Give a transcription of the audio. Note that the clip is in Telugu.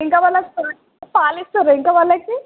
ఇంకా వాళ్ళకి పా పాలిస్తుర్రా ఇంకా వాళ్ళకి